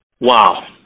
Wow